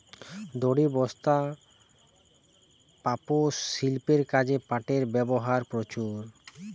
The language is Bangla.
দড়ি, বস্তা, পাপোষ, শিল্পের কাজে পাটের ব্যবহার প্রচুর